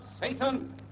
Satan